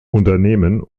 unternehmen